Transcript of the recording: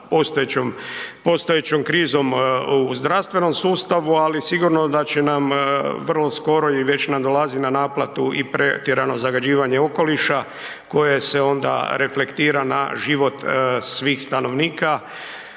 postojećom krizom u zdravstvenom sustavu, ali sigurno da će nam vrlo skoro i već nam dolazi na naplatu i pretjerano zagađivanje okoliša koje se onda reflektira na život svih stanovnika,